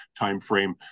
timeframe